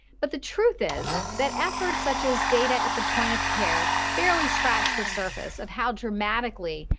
but the truth is that efforts such as data at the point of care barely scratched the surface of how dramatically,